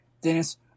Dennis